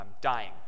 dying